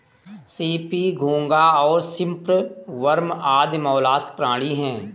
CP, घोंगा और shrimp worm आदि मौलास्क प्राणी हैं